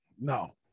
No